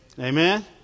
Amen